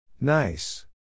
Nice